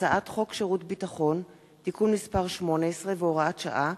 הצעת חוק שירות ביטחון (תיקון מס' 18 והוראת שעה),